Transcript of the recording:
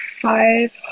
five